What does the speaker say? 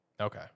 okay